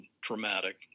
traumatic